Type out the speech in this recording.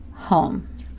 Home